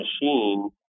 machine